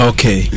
Okay